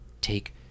Take